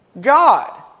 God